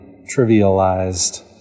trivialized